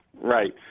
Right